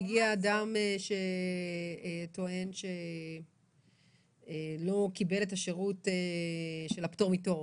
מגיע אדם שטוען שלא קיבל את השירות של הפטור מתור,